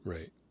Right